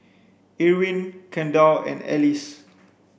Irwin Kendall and Alyce